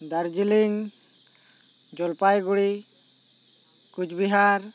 Darjeeling Jalpaiguri Cooch Behar